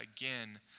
again